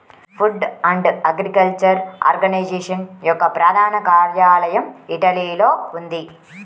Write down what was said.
food and agriculture organisation యొక్క ప్రధాన కార్యాలయం ఇటలీలో ఉంది